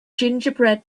gingerbread